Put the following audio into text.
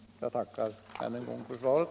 Jag tackar än en gång för svaret.